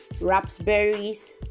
raspberries